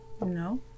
No